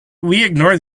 ignore